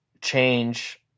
change